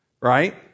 right